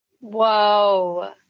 Whoa